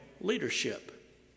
leadership